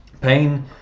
pain